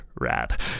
rad